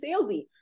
salesy